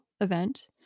event